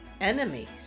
enemies